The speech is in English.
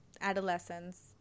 adolescents